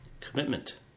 commitment